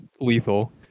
lethal